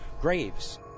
graves